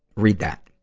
read that.